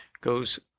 goes